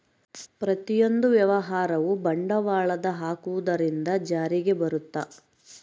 ಪ್ರತಿಯೊಂದು ವ್ಯವಹಾರವು ಬಂಡವಾಳದ ಹಾಕುವುದರಿಂದ ಜಾರಿಗೆ ಬರುತ್ತ